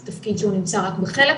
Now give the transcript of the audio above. זה תפקיד שהוא נמצא רק בחלק,